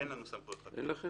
אין לנו סמכויות חקירה.